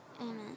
amen